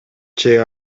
чек